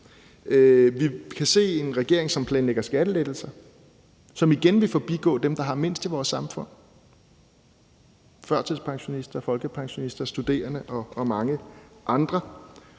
Vi kan se en regering, som planlægger skattelettelser, som igen vil forbigå dem, der har mindst i vores samfund: førtidspensionister, folkepensionister, studerende og mange andre.